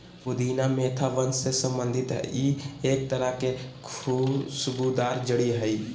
पुदीना मेंथा वंश से संबंधित ई एक तरह के खुशबूदार जड़ी हइ